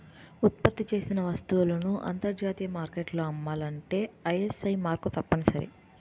ఉత్పత్తి చేసిన వస్తువులను అంతర్జాతీయ మార్కెట్లో అమ్మాలంటే ఐఎస్ఐ మార్కు తప్పనిసరి